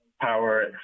power